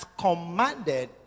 commanded